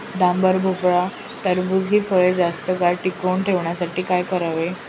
डांगर, भोपळा, टरबूज हि फळे जास्त काळ टिकवून ठेवण्यासाठी काय करावे?